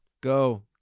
go